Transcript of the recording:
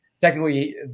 technically